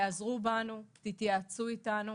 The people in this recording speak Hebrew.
באמת, תיעזרו בנו, תתייעצו איתנו